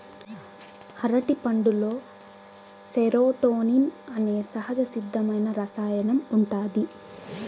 అరటిపండులో సెరోటోనిన్ అనే సహజసిద్ధమైన రసాయనం ఉంటాది